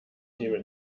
tee